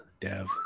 dev